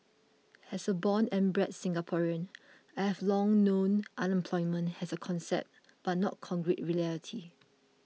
has a born and bred Singaporean I have long known unemployment has a concept but not concrete reality